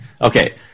Okay